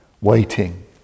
waiting